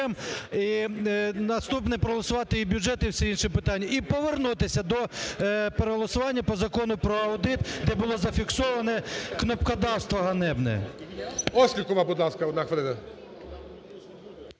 і наступне, проголосувати і бюджет, і всі інші питання. І повернутись до переголосування по Закону про аудит, де було зафіксованокнопкодавство ганебне. ГОЛОВУЮЧИЙ.Острікова, будь ласка, одна хвилина.